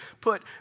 put